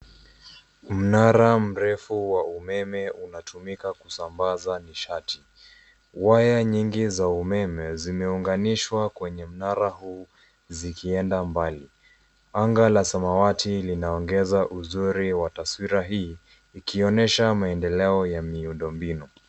Mnara mrefu wa umeme unatumika kusambaza nishati waya nyingi za umeme zimeunganishwa kwenye mnara huu zikienda mbali anga la samawati linaongeza uzuri wa taswira hii ikionyesha maendeleo ya miundo mbinu.